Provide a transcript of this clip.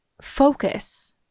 Focus